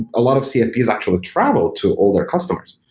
a lot of cfps actually travel to older customers.